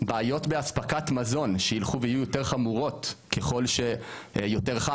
בעיות באספקת מזון שילכו ויהיו יותר חמורות ככל שיותר חם,